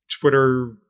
Twitter